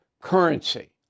currency